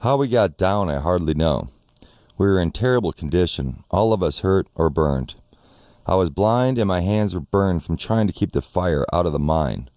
how we got down, i hardly know we're in terrible condition all of us hurt or burned i was blind and my hands were burned from trying to keep the fire out of the mine